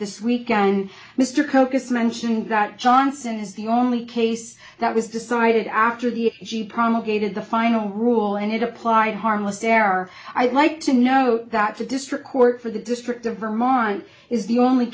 this weekend mr copus mentioned that johnson is the only case that was decided after the g promulgated the final rule and it applied harmless error i'd like to note that the district court for the district of vermont is the only